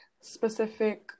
specific